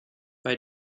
bei